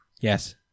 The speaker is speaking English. Yes